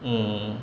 mm